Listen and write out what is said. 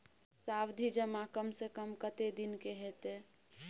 सावधि जमा कम से कम कत्ते दिन के हते?